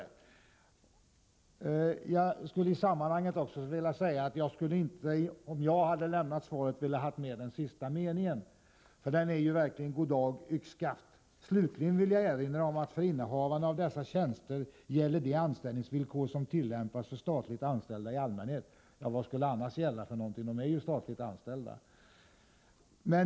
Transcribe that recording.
Om jag skulle ha lämnat detta svar hade jag inte velat ta med den sista meningen, därför att den är verkligen goddag-yxskaft: ”Slutligen vill jag erinra om att för innehavarna av dessa tjänster gäller de anställningsvillkor som tillämpas för statligt anställda i allmänhet.” Vad skulle annars gälla? De är ju statligt anställda.